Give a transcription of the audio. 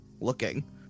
looking